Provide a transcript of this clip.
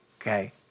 Okay